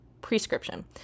prescription